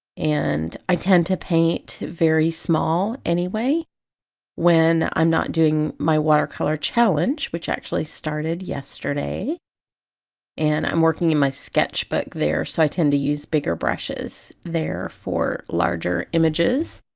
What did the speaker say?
and i tend to paint very small anyway when i'm not doing my watercolor challenge which actually started yesterday and i'm working in my sketchbook there so i tend to use bigger brushes there for larger images,